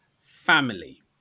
family